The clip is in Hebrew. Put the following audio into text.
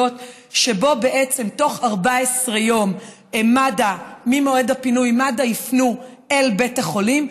ולפיה בעצם בתוך 14 יום ממועד הפינוי מד"א יפנו אל בית החולים,